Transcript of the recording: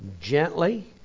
gently